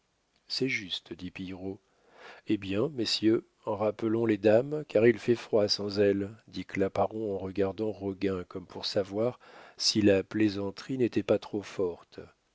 c'est juste dit pillerault eh bien messieurs rappelons les dames car il fait froid sans elles dit claparon en regardant roguin comme pour savoir si la plaisanterie n'était pas trop forte